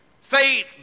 Faith